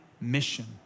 mission